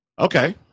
Okay